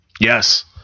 Yes